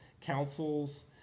councils